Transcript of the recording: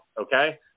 Okay